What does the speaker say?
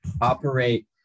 operate